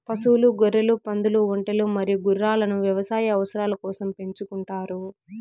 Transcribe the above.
పశువులు, గొర్రెలు, పందులు, ఒంటెలు మరియు గుర్రాలను వ్యవసాయ అవసరాల కోసం పెంచుకుంటారు